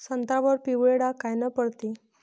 संत्र्यावर पिवळे डाग कायनं पडते?